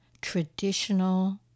traditional